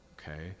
okay